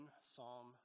Psalm